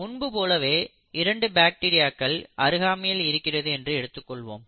முன்பு போலவே இரண்டு பாக்டீரியாக்கள் அருகாமையில் இருக்கிறது என்று எடுத்துக்கொள்வோம்